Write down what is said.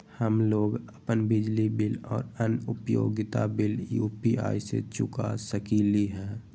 हम लोग अपन बिजली बिल और अन्य उपयोगिता बिल यू.पी.आई से चुका सकिली ह